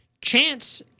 Chance